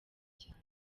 cyane